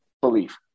belief